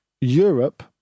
Europe